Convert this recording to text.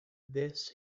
this